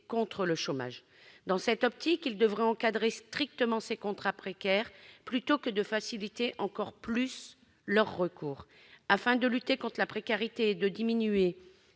contre le chômage. Dans cette perspective, ils devraient encadrer strictement les contrats précaires au lieu de faciliter leur utilisation. Afin de lutter contre la précarité et de diminuer